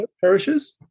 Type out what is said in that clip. parishes